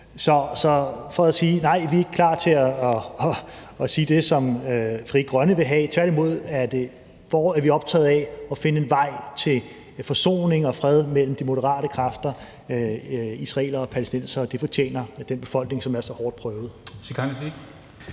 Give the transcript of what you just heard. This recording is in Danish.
Så jeg vil sige, at nej, vi er ikke klar til at sige det, som Frie Grønne vil have, tværtimod er vi optaget af at finde en vej til forsoning og fred mellem de moderate kræfter hos israelere og palæstinensere, for det fortjener den befolkning, som er så hårdt prøvet.